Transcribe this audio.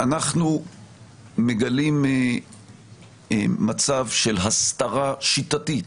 שאנחנו מגלים מצב של הסתרה שיטתית